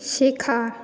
শেখা